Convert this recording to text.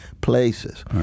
places